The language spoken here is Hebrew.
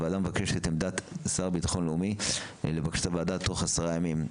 הוועדה מבקשת את עמדת השר לביטחון הלאומי לבקשת הוועדה תוך עשרה ימים,